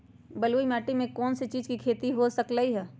बलुई माटी पर कोन कोन चीज के खेती हो सकलई ह?